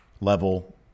level